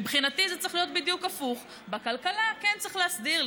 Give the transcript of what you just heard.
מבחינתי זה צריך להיות בדיוק הפוך: בכלכלה כן צריך להסדיר,